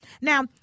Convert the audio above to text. Now